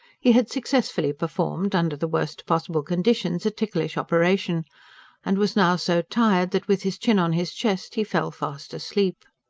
he had successfully performed, under the worst possible conditions, a ticklish operation and was now so tired that, with his chin on his chest, he fell fast asleep.